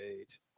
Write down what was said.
age